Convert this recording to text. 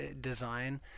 design